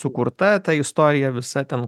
sukurta ta istorija visa ten